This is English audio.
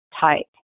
type